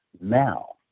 now